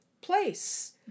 place